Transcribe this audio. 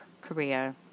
Korea